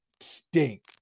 stink